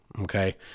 Okay